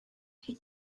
hyd